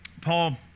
Paul